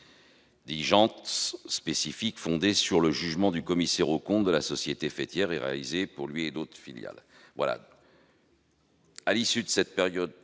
diligences spécifiques fondées sur le jugement du commissaire aux comptes de la société faîtière et réalisées par lui pour les autres filiales. « À l'issue de la période